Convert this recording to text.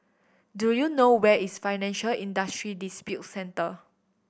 do you know where is Financial Industry Disputes Center